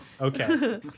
okay